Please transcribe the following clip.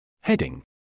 Heading